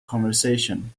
conversation